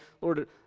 Lord